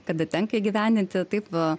kada tenka įgyvendinti taip va